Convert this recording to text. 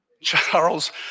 Charles